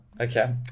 Okay